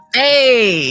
hey